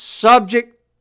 Subject